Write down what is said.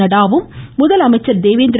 நட்டாவும் முதலமைச்சர் தேவேந்திர